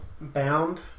Bound